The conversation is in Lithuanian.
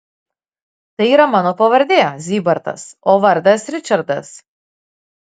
tai yra mano pavardė zybartas o vardas ričardas